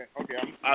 Okay